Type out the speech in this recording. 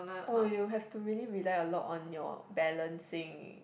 oh you have to really rely a lot on your balancing